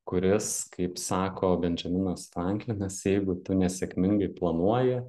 kuris kaip sako bendžaminas franklinas jeigu tu nesėkmingai planuoji